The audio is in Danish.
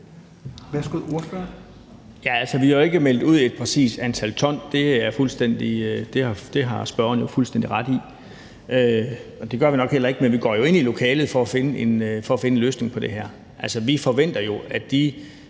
Vi har jo ikke meldt et præcist antal ton ud – det har spørgeren fuldstændig ret i – og det gør vi nok heller ikke. Men vi går jo ind i lokalet for at finde en løsning på det her. Vi forventer jo, at de